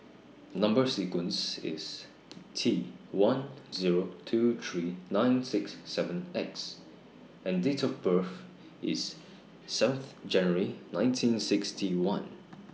Number sequence IS T one Zero two three nine six seven X and Date of birth IS seventh January nineteen sixty one